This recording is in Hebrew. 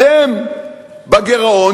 אתם בגירעון,